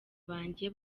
banjye